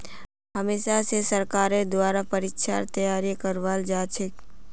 हमेशा स सरकारेर द्वारा परीक्षार तैयारी करवाल जाछेक